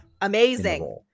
amazing